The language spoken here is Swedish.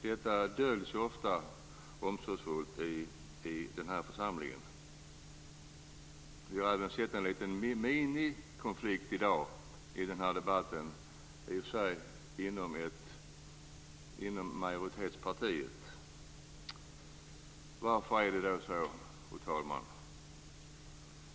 Detta förtigs ofta omsorgsfullt i den här församlingen. Vi har i dag i debatten sett en liten minikonflikt inom majoritetspartiet. Varför är det så, fru talman?